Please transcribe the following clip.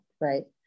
Right